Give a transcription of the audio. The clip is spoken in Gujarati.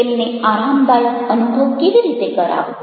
તેમને આરામદાયક અનુભવ કેવી રીતે કરાવવો